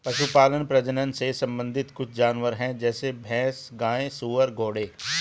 पशुपालन प्रजनन से संबंधित कुछ जानवर है जैसे भैंस, गाय, सुअर, घोड़े